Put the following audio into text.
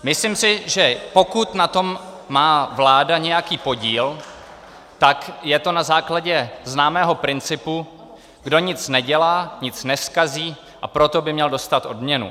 Myslím si, že pokud na tom má vláda nějaký podíl, tak je to na základě známého principu: kdo nic nedělá, nic nezkazí, a proto by měl dostat odměnu.